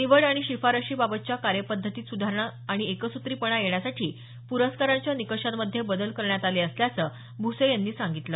निवड आणि शिफारशी बाबतच्या कार्यपद्धतीत सुधारणा आणि एकसुत्रीपणा येण्यासाठी पुरस्कारांच्या निकषांमध्येही बदल करण्यात आले असल्याचं भुसे यांनी सांगितलं